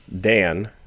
Dan